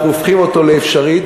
אנחנו הופכים אותו לאפשרי.